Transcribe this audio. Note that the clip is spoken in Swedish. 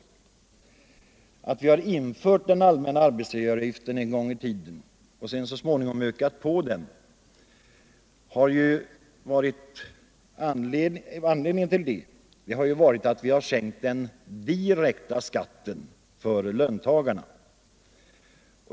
Anledningen till att vi en gång i tiden införde den allmänna arbetsgivaravgiften och sedan efter hand ökade den var att vi sänkte den direkta skatten för löntagarna.